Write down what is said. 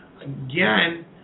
Again